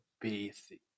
basic